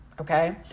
okay